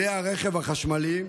כלי הרכב החשמליים,